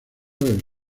del